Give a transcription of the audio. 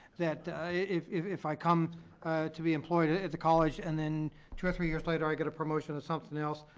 that if if i come to be employed at the college and then two or three years later, i get a promotion to something else,